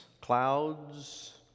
clouds